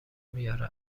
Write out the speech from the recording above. میاره